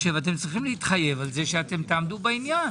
צריכים להתחייב, שתעמדו בעניין.